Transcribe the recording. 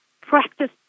Practice